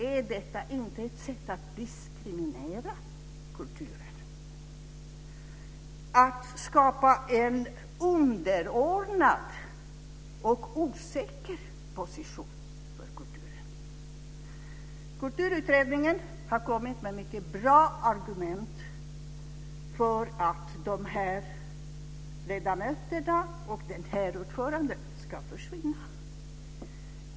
Är inte detta ett sätt att diskriminera kulturen, att skapa en underordnad och osäker position för kulturen? Kulturutredningen har kommit med mycket bra argument för att de här ledamöterna och den här ordföranden ska försvinna.